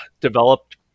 developed